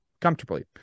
comfortably